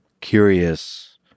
curious